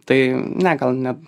tai ne gal ne